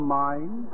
mind